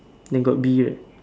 then got bee right